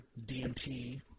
DMT